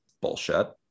bullshit